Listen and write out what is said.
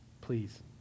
please